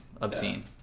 obscene